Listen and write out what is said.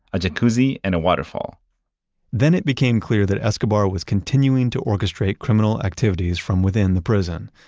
a jacuzzi, and a waterfall then it became clear that escobar was continuing to orchestrate criminal activities from within the prison.